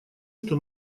что